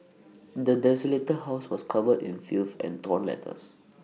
the desolated house was covered in filth and torn letters